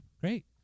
Great